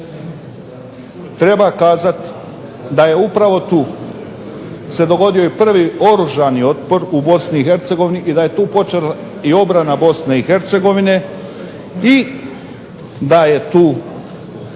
I treba kazati da je upravo tu se dogodio i prvi oružani otpor u Bosni i Hercegovini i da je tu